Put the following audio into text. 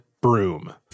broom